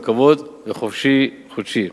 רכבות ו"חופשי-חודשי".